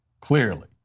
clearly